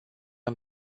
îmi